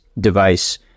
device